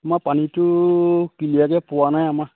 আমাৰ পানীটো ক্লিয়াৰকে পোৱা নাই আমাৰ